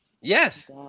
Yes